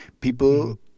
People